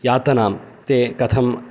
यातनां ते कथं